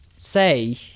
Say